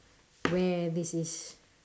where this is